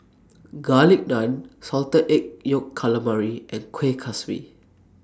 Garlic Naan Salted Egg Yolk Calamari and Kuih Kaswi